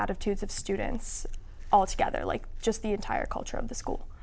attitudes of students all together like just the entire culture of the school